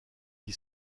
qui